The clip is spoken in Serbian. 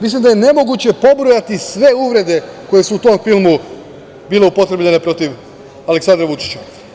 Mislim da je nemoguće pobrojati sve uvrede koje su u tom filmu bile upotrebljene protiv Aleksandra Vučića.